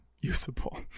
usable